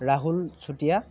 Rahul Chutia